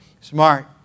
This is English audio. Smart